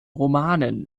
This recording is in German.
romanen